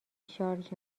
شارژ